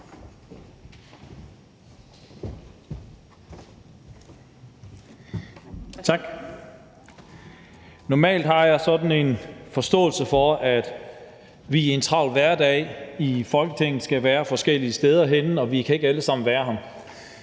(NB): Normalt har jeg en forståelse for, at vi i en travl hverdag i Folketinget skal være forskellige steder henne, og at vi ikke alle sammen kan være her.